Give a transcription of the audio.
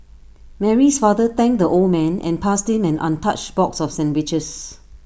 Mary's father thanked the old man and passed him an untouched box of sandwiches